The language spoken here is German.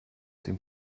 dem